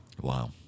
Wow